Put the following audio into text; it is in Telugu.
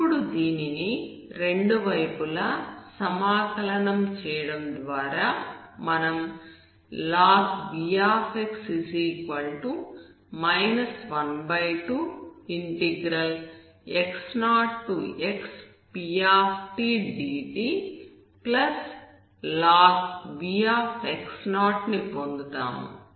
ఇప్పుడు దీనిని రెండు వైపులా సమాకలనం ఇంటిగ్రేషన్ చేయడం ద్వారా మనం log v 12x0xptdtlog v ని పొందుతాము